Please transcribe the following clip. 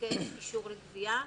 ונבקש אישור לגבייה.